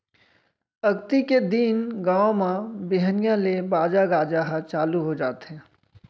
अक्ती के दिन गाँव म बिहनिया ले बाजा गाजा ह चालू हो जाथे